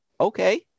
okay